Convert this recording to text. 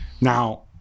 Now